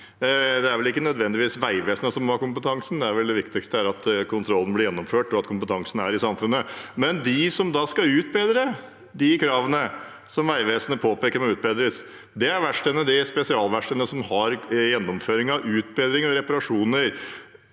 Det er vel ikke nødvendigvis Vegvesenet som må ha kompetansen – det viktigste er vel at kontrollen blir gjennomført, og at kompetansen er i samfunnet. De som skal utbedre kravene som Vegvesenet påpeker at må utbedres, er spesialverkstedene som har gjennomføring av utbedringer og reparasjoner.